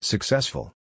Successful